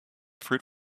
fruit